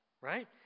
Right